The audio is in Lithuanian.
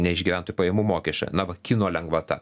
ne iš gyventojų pajamų mokesčio na va kino lengvata